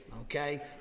okay